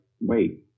wait